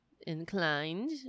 inclined